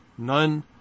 None